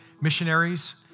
missionaries